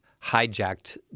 hijacked